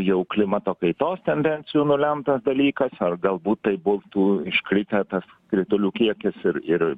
jau klimato kaitos tendencijų nulemtas dalykas ar galbūt tai būtų iškritę tas kritulių kiekis ir ir